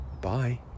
Bye